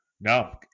No